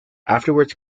afterwards